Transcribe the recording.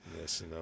Yes